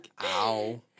Ow